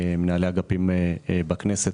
מנהלי אגפים בכנסת,